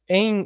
em